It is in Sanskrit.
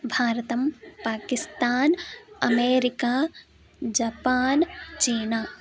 भारतं पाकिस्तान् अमेरिका जपान् चीना